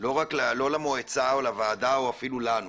לא למועצה או לוועדה או אפילו לנו,